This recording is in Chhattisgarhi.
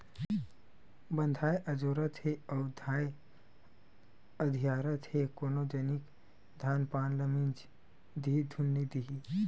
बंधाए अजोरत हे अउ धाय अधियारत हे कोन जनिक धान पान ल मिजन दिही धुन नइ देही